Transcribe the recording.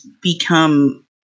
become